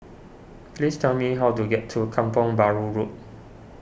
please tell me how to get to Kampong Bahru Road